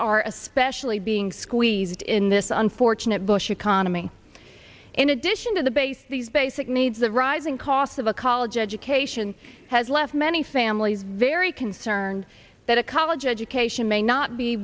are especially being squeezed in this unfortunate bush economy in addition to the base these basic needs the rising cost of a college education has left many families very concerned that a college education may not be